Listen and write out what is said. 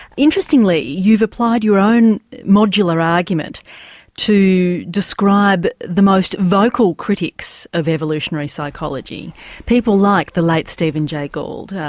interestingly you've applied your own modular argument to describe the most vocal critics of evolutionary psychology people like the late steven jay gould,